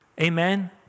Amen